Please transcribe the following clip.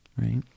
right